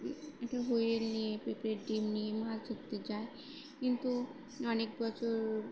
একটা হুইল নিয়ে পিঁপড়ের ডিম নিয়ে মাছ ধরতে যায় কিন্তু অনেক বছর